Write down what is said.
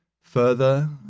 further